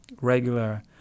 regular